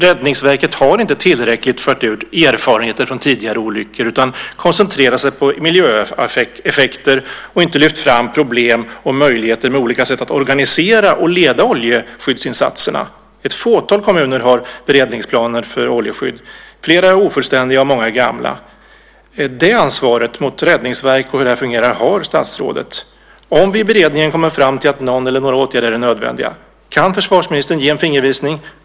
Räddningsverket har inte i tillräcklig omfattning fört ut erfarenheter från tidigare olyckor utan koncentrerat sig på miljöeffekter och inte lyft fram problem och möjligheter med olika sätt att organisera och leda oljeskyddsinsatserna. Ett fåtal kommuner har beredningsplaner för oljeskydd. Flera är ofullständiga och många är gamla. Det ansvaret mot Räddningsverket och hur det fungerar har statsrådet. Man skriver: "Om vi i beredningen kommer fram till att någon eller några åtgärder är nödvändiga ." Kan försvarsministern då ge en fingervisning?